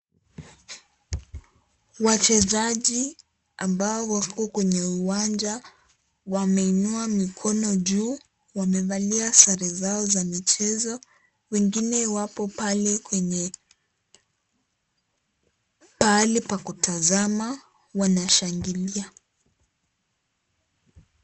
Wachezaji ambao wako kwenye uwanja wameinua mikono juu, wamevalia zare zao za michezo, wengine wapo pale kwenye pahali pa kutazama wanashangilia.